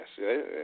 yes